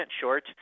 short